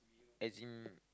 as in